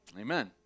amen